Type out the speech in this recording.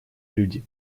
люди